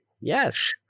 Yes